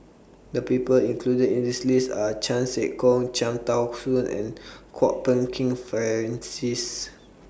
The People included in This list Are Chan Sek Keong Cham Tao Soon and Kwok Peng Kin Francis